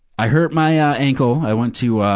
i hurt my, ah, ankle. i went to, ah,